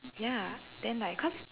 ya then like cause